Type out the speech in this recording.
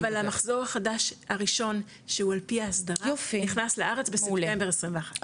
אבל המחזור החדש הראשון שהוא על פי ההסדרה נכנס לארץ בספטמבר 21. יופי,